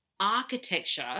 architecture